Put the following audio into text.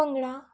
bhangra